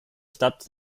stadt